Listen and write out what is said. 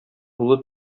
улы